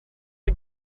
are